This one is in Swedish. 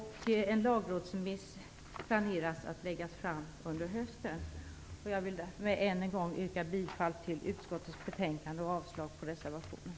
En lagrådsremiss planeras att läggas fram under hösten. Jag vill än en gång yrka bifall till utskottets hemställan och avslag på reservationen.